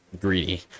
greedy